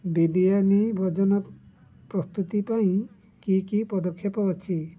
ବିରିୟାନି ଭୋଜନ ପ୍ରସ୍ତୁତି ପାଇଁ କି କି ପଦକ୍ଷେପ ଅଛି